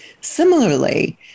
similarly